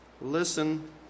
Listen